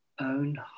own